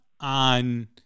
on